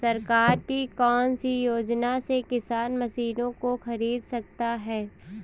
सरकार की कौन सी योजना से किसान मशीनों को खरीद सकता है?